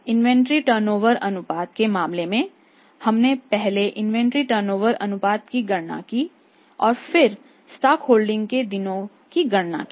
inventory turnover अनुपात के मामले में हमने पहले इन्वेंट्री टर्नओवर अनुपात की गणना की और फिर स्टॉक होल्डिंग के दिनों की गणना की